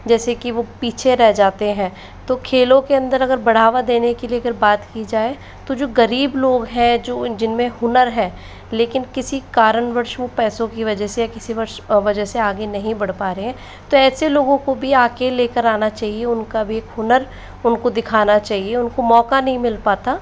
जैसे कि वह पीछे रह जाते हैं तो खेलों के अंदर अगर बढ़ावा देने की अगर बात की जाए तो जो गरीब लोग है जो जिनमें हुनर है लेकिन किसी कारणवश वो पैसों की वजह से या किसी वश वजह से आगे नहीं बढ़ पा रहे हैं तो ऐसे लोगों को भी आकर लेकर आना चाहिए उनका भी हुनर उनको दिखाना चाहिए उनको मौका नहीं मिल पाता